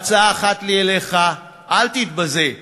הצעה אחת לי אליך: אל תתבזה.